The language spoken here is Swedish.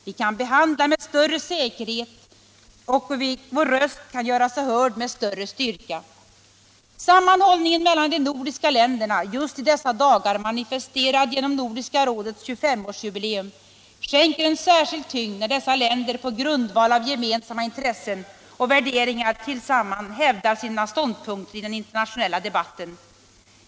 Vi kan handla med större säkerhet och vår röst gör sig hörd med större styrka. Sammanhållningen mellan de nordiska länderna — just i dessa dagar manifesterad genom Nordiska rådets 25-årsjubileum — skänker en särskild tyngd när dessa länder på grundval av gemensamma intressen och värderingar tillsammans hävdar sina ståndpunkter i den internationella debatten.